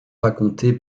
raconté